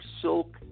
silk